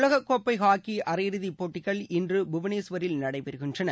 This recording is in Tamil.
உலகக் கோப்பை ஹாக்கி அரையிறுதிப் போட்டிகள் இன்று புவனேஷ்வரில் நடைபெறுகின்றன